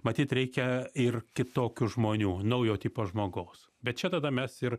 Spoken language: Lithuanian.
matyt reikia ir kitokių žmonių naujo tipo žmogaus bet čia tada mes ir